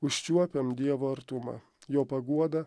užčiuopiam dievo artumą jo paguodą